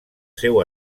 seu